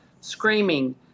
screaming